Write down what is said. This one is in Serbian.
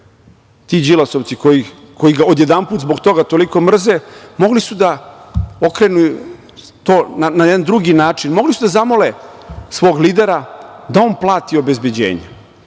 Đilasovci koji ga odjedanput zbog toga toliko mrze mogli su da okrenu to na jedan drugi način, mogli su da zamole svog lidera da on plati obezbeđenje,